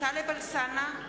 טלב אלסאנע,